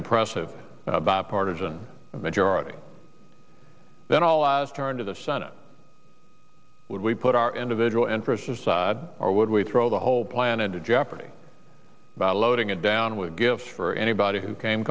impressive bipartisan majority then all of us turn to the senate would we put our individual interests as sad or would we throw the whole planet in jeopardy by loading it down with gifts for anybody who came